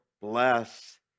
bless